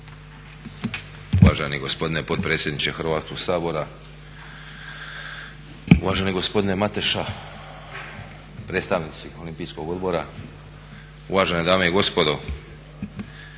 Uvaženi gospodine potpredsjedniče Hrvatskog sabora, uvaženi gospodine Mateša, predstavnici Olimpijskog odbora, uvažene dame i gospodo.